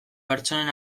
pertsonen